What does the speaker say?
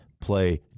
play